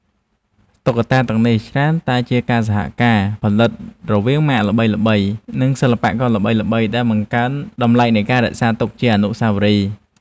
តុក្កតាទាំងនេះច្រើនតែជាការសហការផលិតរវាងម៉ាកល្បីៗ និងសិល្បករល្បីៗ ដែលបង្កើនតម្លៃនៃការរក្សាទុកជាវត្ថុអនុស្សាវរីយ៍។